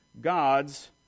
God's